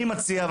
אני מציע,